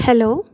hello